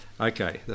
okay